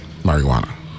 Marijuana